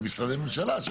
ומשרדי ממשלה.